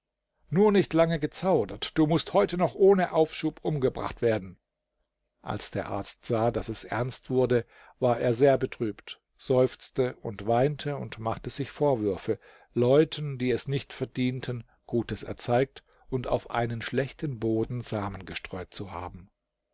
nur nicht lange gezaudert du mußt heute noch ohne aufschub umgebracht werden als der arzt sah daß es ernst wurde war er sehr betrübt seufzte und weinte und machte sich vorwürfe leuten die es nicht verdienten gutes erzeigt und auf einen schlechten boden samen gestreut zu haben